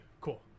Cool